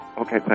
Okay